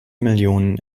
millionen